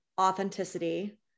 authenticity